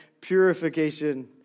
purification